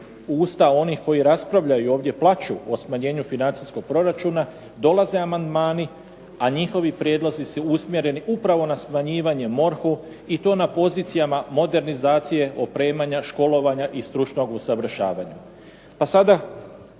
iz usta onih koji raspravljaju ovdje plaču o smanjenju financijskog proračuna, dolaze amandmani a njihovi prijedlozi su usmjereni upravo na smanjivanje MORH-u i to na pozicijama modernizacije, opremanja, školovanja i stručnog usavršavanja. Pa sada